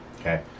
okay